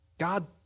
God